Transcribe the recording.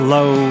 Low